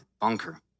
bunker